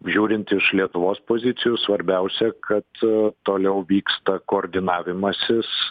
žiūrint iš lietuvos pozicijų svarbiausia kad toliau vyksta koordinavimasis